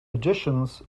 editions